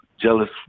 Jealous